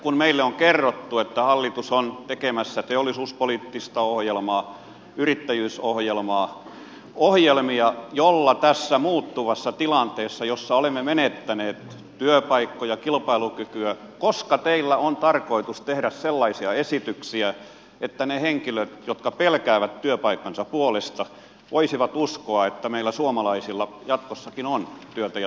kun meille on kerrottu että hallitus on tekemässä teollisuuspoliittista ohjelmaa yrittäjyysohjelmaa ohjelmia tässä muuttuvassa tilanteessa jossa olemme menettäneet työpaikkoja kilpailukykyä koska teillä on tarkoitus tehdä sellaisia esityksiä että ne henkilöt jotka pelkäävät työpaikkansa puolesta voisivat uskoa että meillä suomalaisilla jatkossakin on työtä ja toimeentuloa